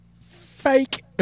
fake